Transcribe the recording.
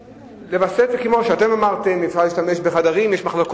נכון, הנהלת בית-החולים, זה התפקיד שלה,